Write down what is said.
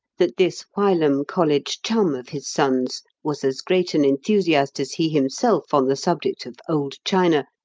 that this whilom college chum of his son's was as great an enthusiast as he himself on the subject of old china,